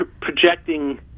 projecting